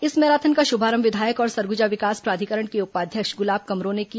इस मैराथन का शुभारंभ विधायक और सरगुजा विकास प्राधिकरण के उपाध्यक्ष गुलाब कमरो ने किया